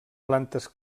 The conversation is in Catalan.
plantes